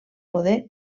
poder